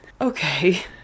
Okay